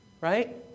right